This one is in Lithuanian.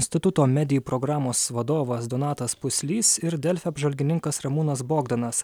instituto medijų programos vadovas donatas puslys ir delfi apžvalgininkas ramūnas bogdanas